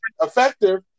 effective